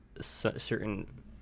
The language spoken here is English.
certain